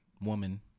woman